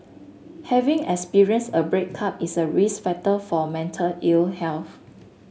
having experienced a breakup is a risk factor for mental ill health